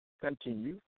continue